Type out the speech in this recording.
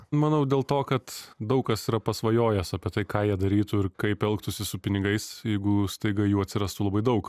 manau dėl to kad daug kas yra pasvajojęs apie tai ką jie darytų ir kaip elgtųsi su pinigais jeigu staiga jų atsirastų labai daug